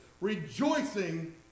rejoicing